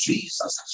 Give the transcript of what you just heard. Jesus